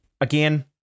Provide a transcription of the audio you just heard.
Again